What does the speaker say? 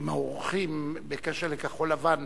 אם האורחים בקשר לכחול-לבן